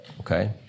okay